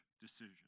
decision